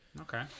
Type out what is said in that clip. Okay